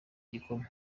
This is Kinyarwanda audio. igikoma